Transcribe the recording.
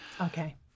Okay